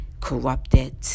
corrupted